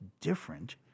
different